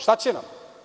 Šta će nam?